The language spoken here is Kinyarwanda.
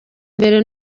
mbere